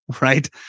right